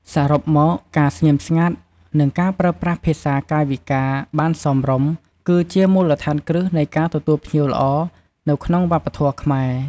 សរុបមក ការស្ងៀមស្ងាត់ និងការប្រើប្រាស់ភាសាកាយវិការបានសមរម្យ គឺជាមូលដ្ឋានគ្រឹះនៃការទទួលភ្ញៀវល្អនៅក្នុងវប្បធម៌ខ្មែរ។